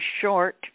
short